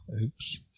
Oops